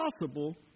possible